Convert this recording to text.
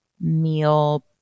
meal